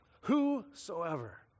whosoever